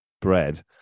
bread